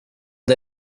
det